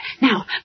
Now